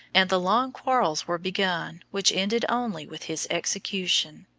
and the long quarrels were begun which ended only with his execution.